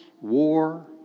war